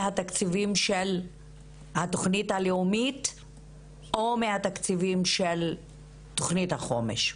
מהתקציבים של התוכנית הלאומית או מהתקציבים של תוכנית החומש.